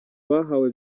bahawe